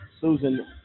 Susan